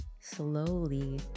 slowly